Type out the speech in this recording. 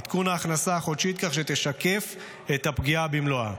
עדכון ההכנסה החודשית כך שתשקף את הפגיעה במלואה,